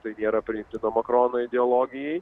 tai nėra priimtina makrono ideologijai